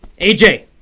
AJ